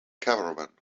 caravan